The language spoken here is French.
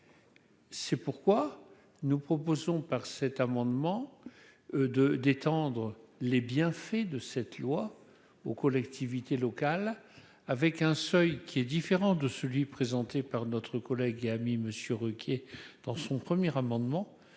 C'est pourquoi nous proposons par cet amendement de d'étendre les bienfaits de cette loi aux collectivités locales, avec un seuil qui est différent de celui présenté par notre collègue et ami Monsieur Ruquier dans son premier amendement